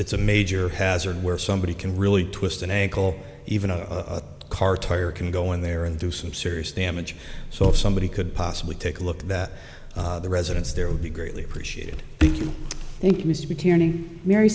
it's a major hazard where somebody can really twist an ankle even a car tire can go in there and do some serious damage so if somebody could possibly take a look at that residence there would be greatly appreciated